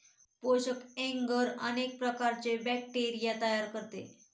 पोषक एग्गर अनेक प्रकारचे बॅक्टेरिया तयार करते